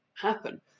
happen